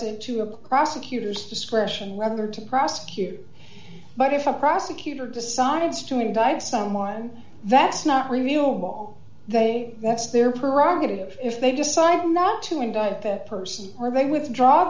it to a prosecutor's discretion whether to prosecute but if a prosecutor decides to indict someone that's not reviewable they that's their prerogative if they decide not to indict that person or they withdraw